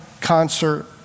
concert